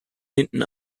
hinten